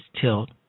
tilt